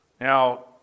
Now